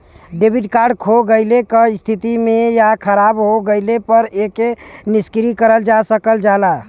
debit card खो गइले क स्थिति में या खराब हो गइले पर एके निष्क्रिय करल जा सकल जाला